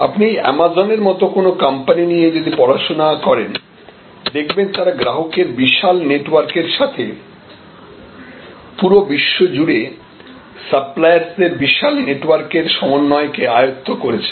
আপনি অ্যামাজন এর মতো কোন কোম্পানি নিয়ে যদি পড়াশোনা করেন দেখবেন তারা গ্রাহকের বিশাল নেটওয়ার্কের সাথে পুরো বিশ্বজুড়ে সাপ্লায়ারস্ এর বিশাল নেটওয়ার্কের সমন্বয় কে আয়ত্ত করছে